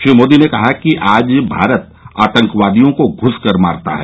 श्री मोदी ने कहा कि आज भारत आतंकियों को घुस कर मारता है